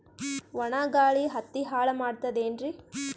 ಒಣಾ ಗಾಳಿ ಹತ್ತಿ ಹಾಳ ಮಾಡತದೇನ್ರಿ?